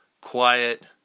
quiet